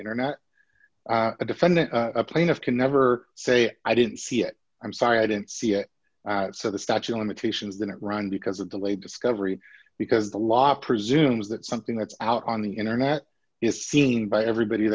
internet a defendant a plaintiff can never say i didn't see it i'm sorry i didn't see it so the statue of limitations that run because of delayed discovery because the law presumes that something that's out on the internet is seen by everybody